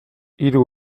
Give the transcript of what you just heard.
hiru